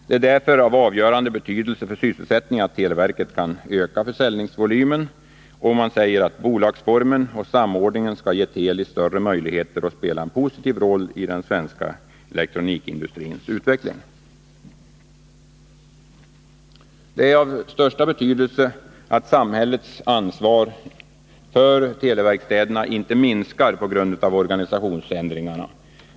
Det är därför av avgörande betydelse för sysselsättningen att televerket kan öka försäljningsvolymen, och man framhåller att bolagsformen och samordningen skall ge Teli större möjligheter att spela en positiv roll i den svenska elektronikindustrins utveck 171 Det är av största betydelse att samhällets ansvar för televerkstäderna inte minskar på grund av organisationsändringarna.